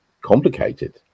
complicated